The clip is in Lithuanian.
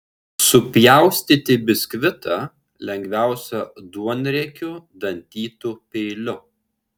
supjaustyti biskvitą lengviausia duonriekiu dantytu peiliu